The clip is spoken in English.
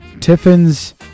Tiffin's